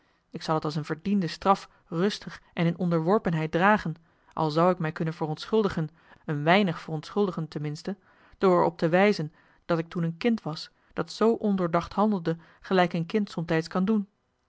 ik zal het als een verdiende straf rustig en in onderworpenheid dragen al zou ik mij kunnen verontschuldigen een weinig verontschuldigen ten minste door er op joh h been paddeltje de scheepsjongen van michiel de ruijter te wijzen dat ik toen een kind was dat zoo ondoordacht handelde gelijk een kind somtijds kan doen